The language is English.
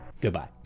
Goodbye